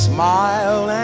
Smile